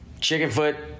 Chickenfoot